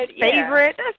favorite